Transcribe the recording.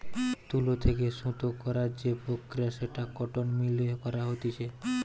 তুলো থেকে সুতো করার যে প্রক্রিয়া সেটা কটন মিল এ করা হতিছে